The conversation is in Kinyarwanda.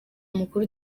mukuru